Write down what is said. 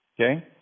Okay